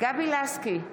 גבי לסקי,